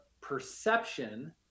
perception